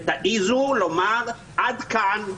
ותעזו לומר: עד כאן,